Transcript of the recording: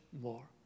more